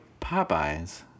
Popeyes